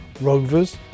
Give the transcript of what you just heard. Rovers